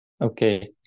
Okay